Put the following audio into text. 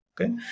Okay